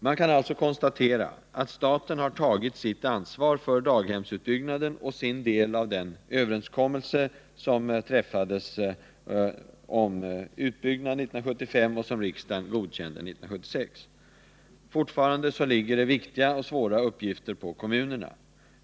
Man kan alltså konstatera att staten har tagit sitt ansvar för daghemsutbyggnaden och sin del av den överenskommelse som träffades om utbyggnaden 1975 och som riksdagen godkände 1976. Fortfarande ligger viktiga och svåra uppgifter på kommunerna.